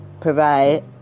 provide